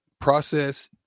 process